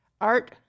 Art